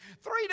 Three